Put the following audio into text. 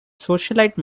socialite